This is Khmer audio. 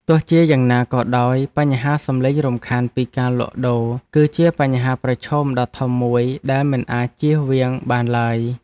ទោះជាយ៉ាងណាក៏ដោយបញ្ហាសំឡេងរំខានពីការលក់ដូរ គឺជាបញ្ហាប្រឈមដ៏ធំមួយដែលមិនអាចជៀសវាងបានឡើយ។